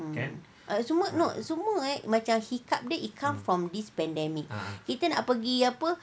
semua no semua macam hiccup dia it comes from this pandemic kita nak pergi apa